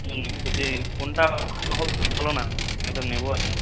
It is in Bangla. বলছি কোনটা ভালো হবে একটু বলো না একটা নেবো আর কি